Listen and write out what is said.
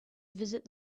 visit